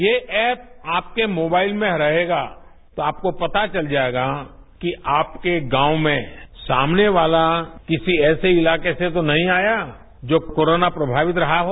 ये ऐप आपके मोबाइल में रहेगाए तो आपको पता चल जाएगा कि आपके गांव में सामने वाला किसी ऐसे इलाके से तो नहीं आयाए जो कोरोना प्रभावित रहा हो